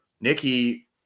Nikki